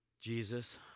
Jesus